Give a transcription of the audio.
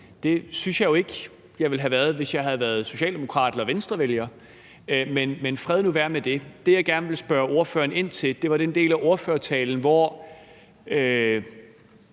Det synes jeg jo ikke jeg ville have været, hvis jeg havde været socialdemokrat eller Venstrevælger, men fred nu være med det. Det, jeg gerne vil spørge ordføreren ind til, var den del af ordførertalen, hvor